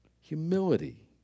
Humility